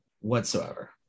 whatsoever